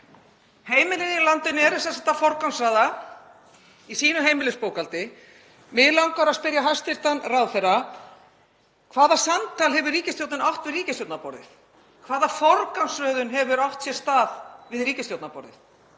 Heimilin í landinu eru sem sagt að forgangsraða í sínu heimilisbókhaldi. Mig langar að spyrja hæstv. ráðherra: Hvaða samtal hefur ríkisstjórnin átt við ríkisstjórnarborðið? Hvaða forgangsröðun hefur átt sér stað við ríkisstjórnarborðið?